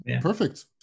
Perfect